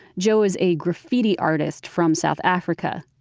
joe is a graffiti artist from south africa.